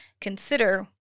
consider